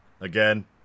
Again